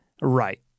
Right